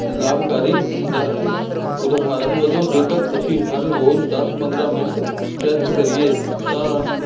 ਲਾਭਕਾਰੀ ਹੁੰਦਾ ਹੈ ਉਦਾਹਰਨ ਵਜੋਂ ਜੇਕਰ ਅਸੀਂ ਹਰ ਰੋਜ਼ ਦਸ ਪੰਦਰ੍ਹਾਂ ਮਿੰਟ ਸਟਰੈਚ ਕਰੀਏ ਤਾਂ